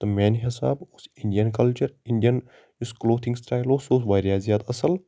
تہٕ میٛانہِ حسابہٕ اوس اِنٛڈیَن کَلچَر اِنٛڈیَن یُس کٕلوتِھنٛگ سِٹایِل اوس سُہ اوس واریاہ زیادٕ اَصٕل